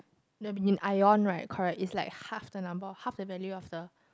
they will be in Ion right correct is like half the number half the value of the